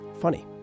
funny